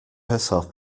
herself